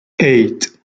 eight